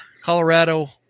Colorado